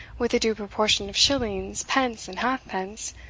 with the due proportion of shillings, pence, and half-pence,